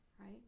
Right